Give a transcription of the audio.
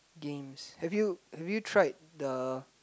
games have you have you tried the